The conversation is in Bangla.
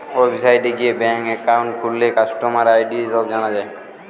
ওয়েবসাইটে গিয়ে ব্যাঙ্ক একাউন্ট খুললে কাস্টমার আই.ডি সব জানা যায়